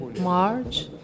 march